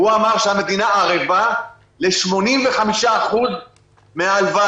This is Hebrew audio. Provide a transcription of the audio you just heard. הוא אמר שהמדינה ערבה ל-85% מההלוואה.